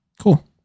cool